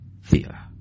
fear